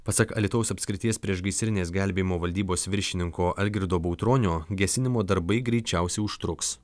pasak alytaus apskrities priešgaisrinės gelbėjimo valdybos viršininko algirdo bautronio gesinimo darbai greičiausiai užtruks